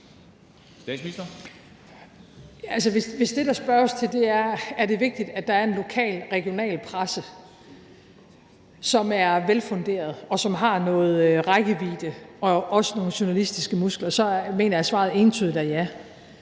Hvis det, der spørges til, er, om det er vigtigt, at der er en lokal, regional presse, som er velfunderet, og som har noget rækkevidde og nogle journalistiske muskler, så mener jeg, at svaret entydigt er ja.